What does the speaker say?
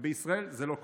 ובישראל זה לא קורה.